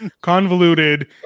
convoluted